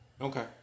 Okay